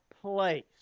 place